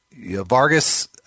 Vargas